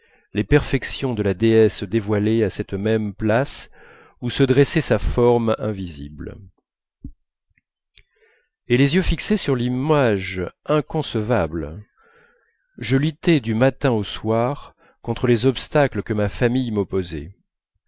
les perfections de la déesse dévoilée à cette même place où se dressait sa forme invisible et les yeux fixés sur l'image inconcevable je luttais du matin au soir contre les obstacles que ma famille